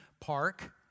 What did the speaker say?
park